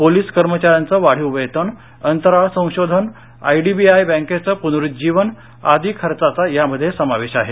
police कर्मचाऱ्यांचं वाढीव वेतन अंतराळ संशोधन आयडीबीआय बँकेचं प्नरुज्जीवन आदी खर्चांचा यामध्ये समावेश आहे